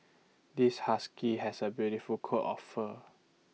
this husky has A beautiful coat of fur